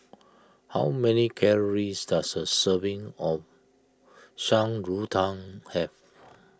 how many calories does a serving of Shan Rui Tang have